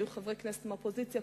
היו חברי כנסת מהאופוזיציה,